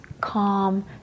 calm